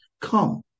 Come